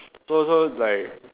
so so like